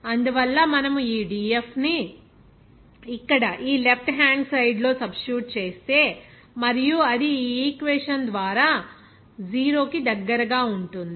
అందువల్ల మనము ఈ dF ని ఇక్కడ ఈ లెఫ్ట్ హ్యాండ్ సైడ్ లో సబ్స్టిట్యూట్ చేస్తే మరియు అది ఈ ఈక్వేషన్ ద్వారా 0 కి దగ్గరగా ఉంటుంది